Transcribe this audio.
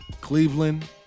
Cleveland